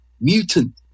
mutant